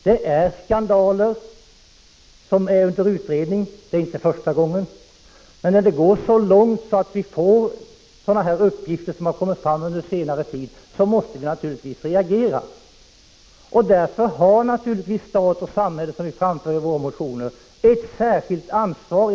Det har förekommit skandaler, som är under utredning — det är inte första gången. Men när det går så långt som vi har fått uppgifter om på den senaste tiden, måste vi naturligtvis reagera. I dessa fall har samhället därför, som vi framför i våra motioner, ett särskilt ansvar.